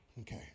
Okay